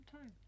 time